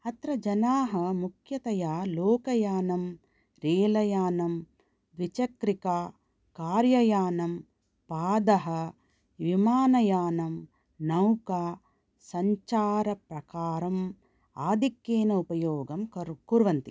अत्र जनाः मुख्यतया लोकयानं रेलयानं द्विचक्रिका कारयानं पादः विमानयानं नौका सञ्चारप्रकारम् आधिक्येन उपयोगं कुर्वन्ति